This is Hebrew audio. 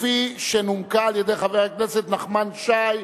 כפי שנומקה על-ידי חבר הכנסת נחמן שי.